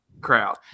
crowd